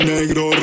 Negro